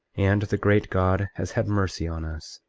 and the great god has had mercy on us,